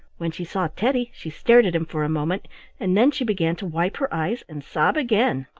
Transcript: when she saw teddy she stared at him for a moment and then she began to wipe her eyes and sob again.